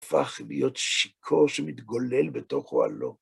הופך להיות שיכור שמתגולל בתוכו עלו.